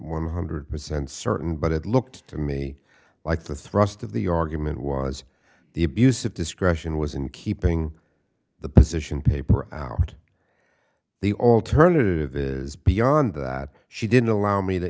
one hundred percent certain but it looked to me like the thrust of the argument was the abuse of discretion was in keeping the position paper out the alternative is beyond that she didn't allow me to